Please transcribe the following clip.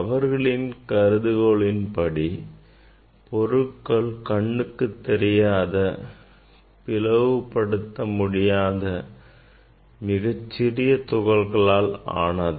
அவர்களின் கருதுகோளின் படி பொருட்கள் கண்ணுக்குத் தெரியாத பிளவு படுத்த முடியாத மிகச் சிறிய துகள்களால் ஆனது